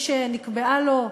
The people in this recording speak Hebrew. למי שנקבעה לו,